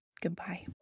Goodbye